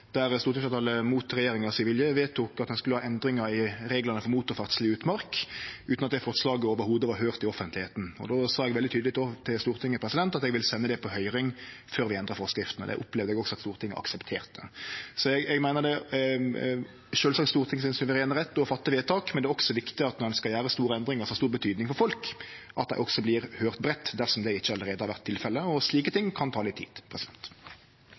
mot regjeringa sin vilje vedtok at ein skulle ha endringar i reglane for motorferdsel i utmark, utan at det forslaget i det heile var høyrt i offentlegheita. Då sa eg veldig tydeleg til Stortinget at eg vil sende det på høyring før vi endrar forskrifta. Det opplevde eg at Stortinget aksepterte. Eg meiner det sjølvsagt er Stortinget sin suverene rett å gjere vedtak, men det er også viktig at når ein skal gjere store endringar som har stor betyding for folk, vert dei også høyrde breitt, dersom det ikkje allereie har vore tilfellet. Og slike ting kan ta litt tid.